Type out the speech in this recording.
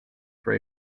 ray